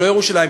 לא לירושלים,